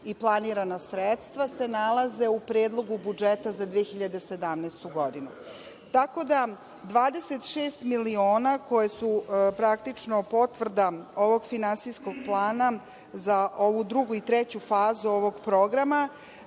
i planirana sredstva se nalaze u predlogu budžeta za 2017. godinu. Tako da, 26 miliona koji su praktično potvrda ovog finansijskog plana za ovu drugu i treću fazu ovog programa